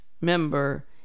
member